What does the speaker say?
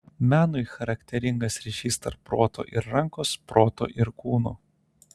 menui charakteringas ryšys tarp proto ir rankos proto ir kūno